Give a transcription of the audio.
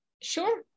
Sure